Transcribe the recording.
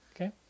Okay